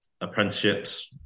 apprenticeships